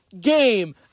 game